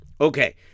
Okay